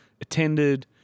attended